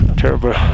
terrible